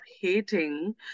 hating